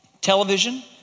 television